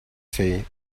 say